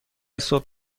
صبح